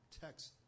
text